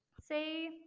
Say